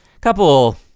couple